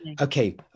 okay